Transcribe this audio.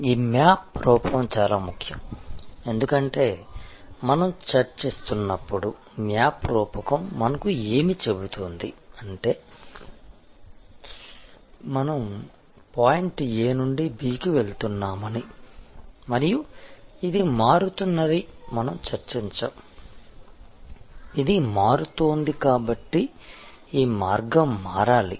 ఈ మ్యాప్ రూపకం చాలా ముఖ్యం ఎందుకంటే మనం చర్చిస్తున్నప్పుడు మ్యాప్ రూపకం మనకు ఏమి చెబుతుంది అంటే మనం పాయింట్ A నుండి B కి వెళ్తున్నామని మరియు ఇది మారుతున్నది మనం చర్చించాము ఇది మారుతోంది కాబట్టి ఈ మార్గం మారాలి